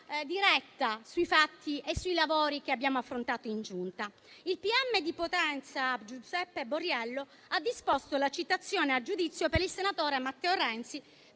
diretta sui fatti e sui lavori che abbiamo affrontato in Giunta. Il pubblico ministero di Potenza Giuseppe Borriello ha disposto la citazione a giudizio per il senatore Matteo Renzi,